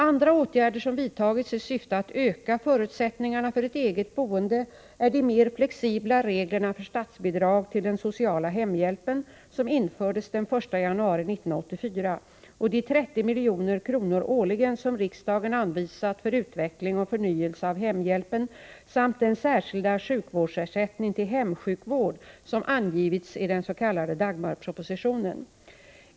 Andra åtgärder som vidtagits i syfte att öka förutsättningarna för ett eget boende är de mer flexibla reglerna för statsbidrag till den sociala hemhjälpen som infördes den 1 januari 1984 och de 30 milj.kr. årligen som riksdagen anvisat för utveckling och förnyelse av hemhjälpen samt den särskilda sjukvårdsersättning till hemsjukvård som angivits i den s.k. Dagmarpropositionen.